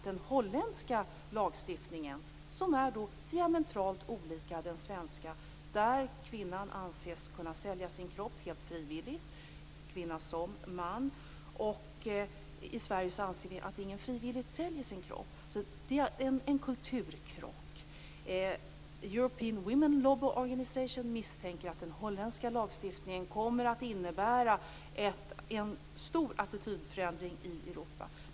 Den holländska lagstiftningen är nämligen diametralt olik den svenska. Där anses kvinnan - och mannen - kunna sälja sin kropp helt frivilligt, medan vi i Sverige anser att ingen frivilligt säljer sin kropp. Det är en kulturkrock. European Women Lobby Organisation misstänker nu att den holländska lagstiftningen kommer att innebära en stor attitydförändring i Europa.